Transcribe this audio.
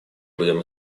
будем